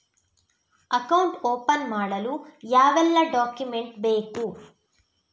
Account open ಮಾಡಲು ಯಾವೆಲ್ಲ document ಬೇಕು?